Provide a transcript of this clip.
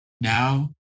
now